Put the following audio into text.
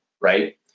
right